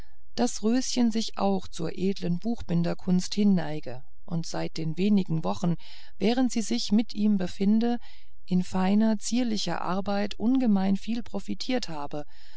daß röschen sich auch zur edlen buchbinderkunst hinneige und seit den wenigen wochen während sie sich bei ihm befinde in feiner zierlicher arbeit ungemein viel profitiert habe